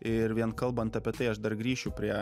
ir vien kalbant apie tai aš dar grįšiu prie